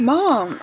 Mom